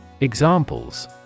Examples